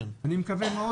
אני מקווה מאוד.